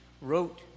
wrote